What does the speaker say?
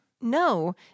No